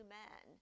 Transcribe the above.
men